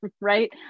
right